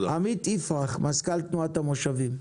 עמית יפרח, מזכ"ל תנועת המושבים.